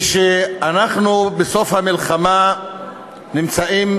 כשאנחנו בסוף המלחמה נמצאים